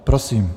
Prosím.